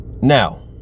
now